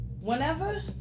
Whenever